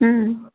ம்